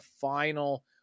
final